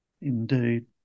Indeed